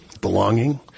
belonging